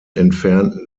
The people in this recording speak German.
entfernten